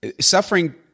suffering